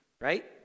Right